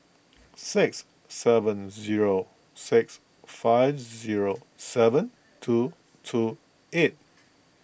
six seven zero six five zero seven two two eight